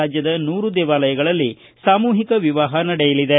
ರಾಜ್ಯದ ನೂರು ದೇವಾಲಯಗಳಲ್ಲಿ ಸಾಮೂಹಿಕ ವಿವಾಪ ನಡೆಯಲಿದೆ